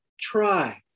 try